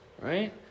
right